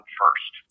first